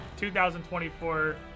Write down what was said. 2,024